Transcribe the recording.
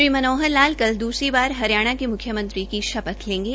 श्री मनोहर लाल कल दूसरी बार हरियाणा के मुख्यमंत्री की शपथ लेंगे